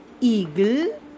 eagle